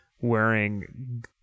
wearing